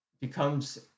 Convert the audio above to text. becomes